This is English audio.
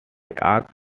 asked